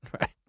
right